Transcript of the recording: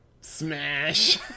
Smash